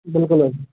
بِلکُل حظ